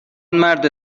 مرد